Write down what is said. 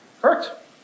Correct